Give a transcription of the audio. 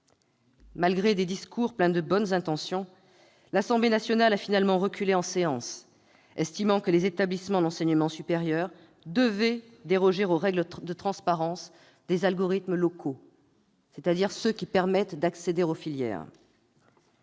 malgré des discours pleins de bonnes intentions, l'Assemblée nationale a finalement reculé en séance, estimant que les établissements d'enseignement supérieur devaient déroger aux règles de transparence des algorithmes locaux, c'est-à-dire ceux qui permettent d'accéder aux filières.